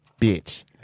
bitch